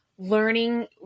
learning